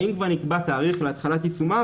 האם כבר נקבע תאריך להתחלת יישומה?